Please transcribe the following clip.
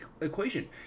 equation